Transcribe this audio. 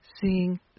seeing